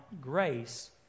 grace